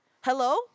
hello